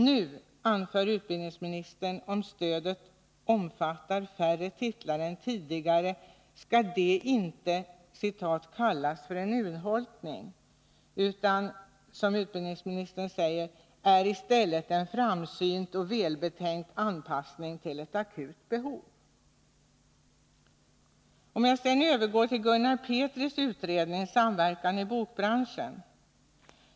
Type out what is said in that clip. Nu anför utbildningsministern: Om stödet omfattar färre titlar än tidigare skall det inte ”kallas för en urholkning”, utan det — som utbildningsministern säger — ”är i stället en framsynt och välbetänkt anpassning till ett akut behov”. Jag går sedan över till Gunnar Petris utredning Samverkan i bokbranschen.